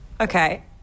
Okay